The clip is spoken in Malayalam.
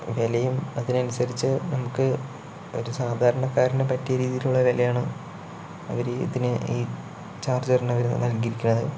വിലയും അതിനനുസരിച്ച് നമുക്ക് ഒരു സാധാരണക്കാരന് പറ്റിയ രീതിയിലുള്ള വിലയാണ് അവരീ ഇതിനു ഈ ചാർജ്ജറിനു അവര് നൽകിയിരിക്കുന്നത്